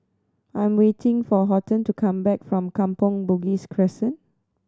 I am waiting for Horton to come back from Kampong Bugis Crescent